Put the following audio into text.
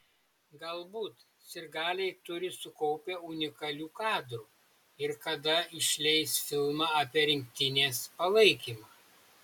galbūt sirgaliai turi sukaupę unikalių kadrų ir kada išleis filmą apie rinktinės palaikymą